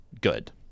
good